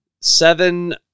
seven